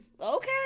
okay